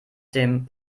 dem